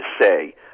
say